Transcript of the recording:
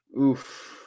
Oof